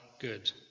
good